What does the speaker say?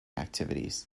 activities